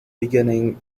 beginning